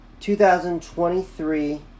2023